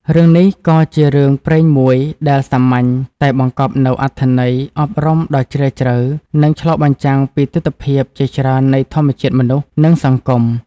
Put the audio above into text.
រឿងនេះក៏ជារឿងព្រេងមួយដែលសាមញ្ញតែបង្កប់នូវអត្ថន័យអប់រំដ៏ជ្រាលជ្រៅ និងឆ្លុះបញ្ចាំងពីទិដ្ឋភាពជាច្រើននៃធម្មជាតិមនុស្ស និងសង្គម។